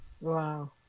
Wow